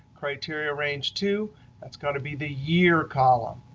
criteria range two that's going to be the year column,